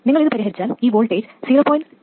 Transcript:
നിങ്ങൾ ഇത് പരിഹരിച്ചാൽ ഈ വോൾട്ടേജ് 0